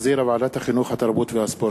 שהחזירה ועדת החינוך, התרבות והספורט.